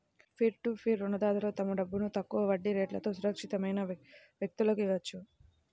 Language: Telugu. పీర్ టు పీర్ రుణదాతలు తమ డబ్బును తక్కువ వడ్డీ రేట్లతో సురక్షితమైన వ్యక్తులకు ఇవ్వొచ్చు